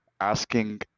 asking